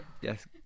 Yes